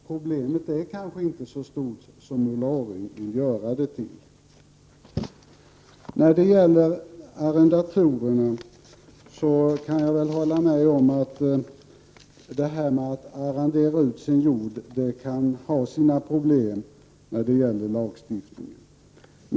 Problemet är kanske inte så stort som Ulla Orring vill göra gällande. Jag kan hålla med om att det kan ha sina problem att arrendera ut sin jord när det gäller lagstiftningen.